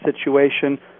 situation